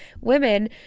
women